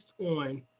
on